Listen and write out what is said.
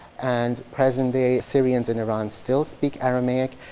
and present day assyrians in iran still speak aramaic.